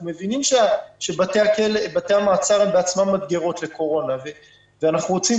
אנחנו מבינים שבתי המעצר הם בעצמם מדגרות לקורונה ואנחנו רוצים,